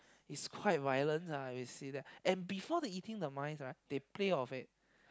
is quite violent lah if you see that and before they eating the mice right they play of it